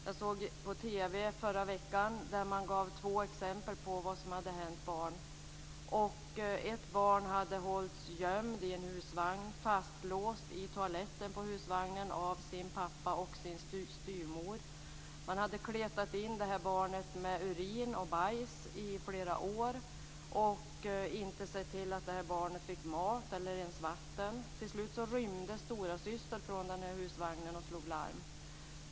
Jag såg på TV förra veckan två exempel på vad som hade hänt barn. Ett barn hade hållits gömt i en husvagn, fastlåst i toaletten på husvagnen av sin pappa och sin styvmor. Man hade kletat in barnet med urin och bajs i flera år och inte sett till att barnet fick mat eller ens vatten. Till slut rymde storasyster från husvagnen och slog larm.